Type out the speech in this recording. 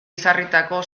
ezarritako